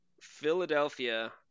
Philadelphia